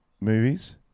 movies